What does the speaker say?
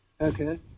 Okay